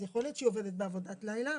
אז יכול להיות שהיא עובדת בעבודת לילה.